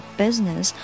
business